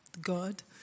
God